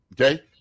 okay